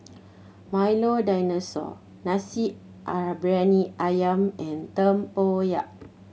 Milo Dinosaur nasi ah briyani ayam and tempoyak